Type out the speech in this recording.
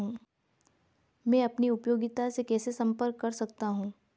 मैं अपनी उपयोगिता से कैसे संपर्क कर सकता हूँ?